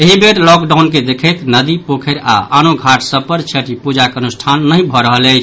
एहि बेर लॉकडाउन के देखैत नदी पोखरी आओर आनो घाट सभ पर छठि पूजाक अनुष्ठान नहि भऽ रहल अछि